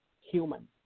human